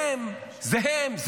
זה הם, זה הם.